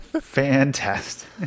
Fantastic